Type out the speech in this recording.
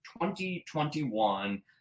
2021